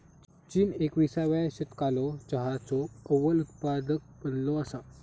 चीन एकविसाव्या शतकालो चहाचो अव्वल उत्पादक बनलो असा